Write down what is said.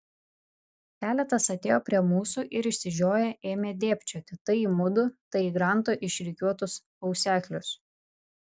keletas atėjo prie mūsų ir išsižioję ėmė dėbčioti tai į mudu tai į granto išrikiuotus auseklius